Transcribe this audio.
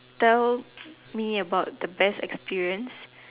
tell me about the best experience